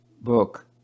book